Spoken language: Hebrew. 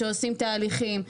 שעושים תהליכים.